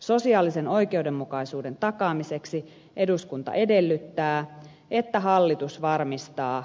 sosiaalisen oikeudenmukaisuuden takaamiseksi eduskunta edellyttää että hallitus varmistaa